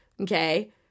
okay